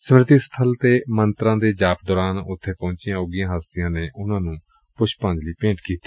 ਸਮ੍ਰਿਤੀ ਸਬਲ ਤੇ ਮੰਤਰਾਂ ਦੇ ਜਾਪ ਦੌਰਾਨ ਉਥੇ ਪਹੁੰਚੀਆਂ ਉਘੀਆਂ ਹਸਤੀਆਂ ਨੇ ਉਨੂਾਂ ਨੂੰ ਪੁਸ਼ਪਾਂਜਲੀ ਭੇਂਟ ਕੀਤੀ